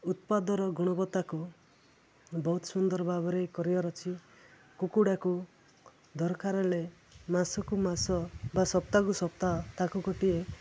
ଉତ୍ପାଦର ଗୁଣବତ୍ତାକୁ ବହୁତ ସୁନ୍ଦର ଭାବରେ କରିବାର ଅଛି କୁକୁଡ଼ାକୁ ଦରକାର ହେଲେ ମାସକୁ ମାସ ବା ସପ୍ତାହକୁ ସପ୍ତାହ ତାକୁ ଗୋଟିଏ